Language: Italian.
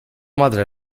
madre